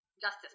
justice